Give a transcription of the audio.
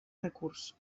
recurs